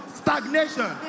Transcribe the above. stagnation